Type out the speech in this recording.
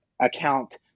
account